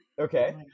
Okay